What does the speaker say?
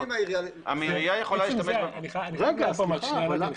אני חייב להעיר פה משהו.